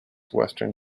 western